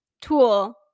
tool